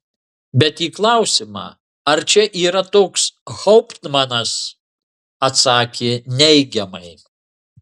bet į klausimą ar čia yra toks hauptmanas atsakė neigiamai